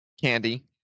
candy